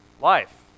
Life